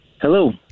Hello